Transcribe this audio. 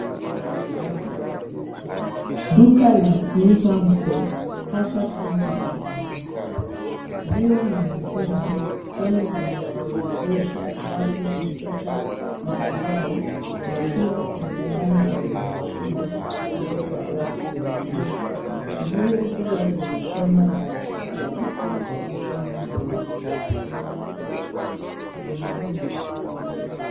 Duka la kuuza nguo, hasa sana za wanawake. Nguo ni muhimu, kwani zinawawezesha watu kuficha uchi wao na pia kuonekana wenye heshima mbele ya watu wengine. Nguo huwa zinashonwa na wataalam wa kushona nguo.